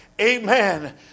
Amen